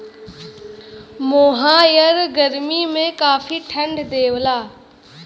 मोहायर गरमी में काफी ठंडा देवला